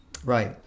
Right